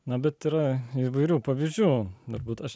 na bet yra įvairių pavyzdžių turbūt aš